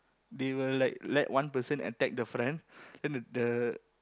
they will like let one person attack the friend then the